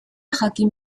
jakin